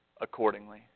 Accordingly